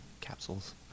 capsules